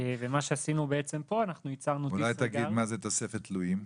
אולי תגיד מה זה תוספת תלויים?